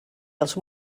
els